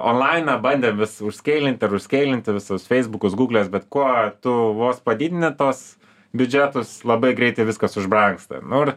onlainą bandėm vis užskeilint ir užskeilinti visus feisbukus gūgles bet kuo tu vos padidini tuos biudžetus labai greitai viskas užbrangsta nu ir